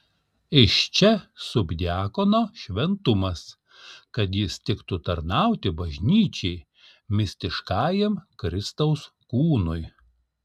iš čia subdiakono šventumas kad jis tiktų tarnauti bažnyčiai mistiškajam kristaus kūnui